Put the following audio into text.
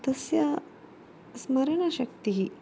तस्य स्मरणशक्तिः